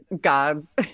gods